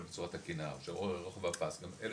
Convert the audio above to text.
בצורה תקינה או שרוחב הפס לא מספיק,